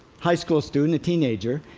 high school student, a teenager,